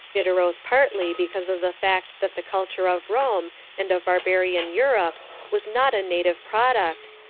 it arose partly because of the fact that the culture of rome and of barbarian europe was not a native product,